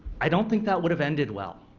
i don't think that would've ended well.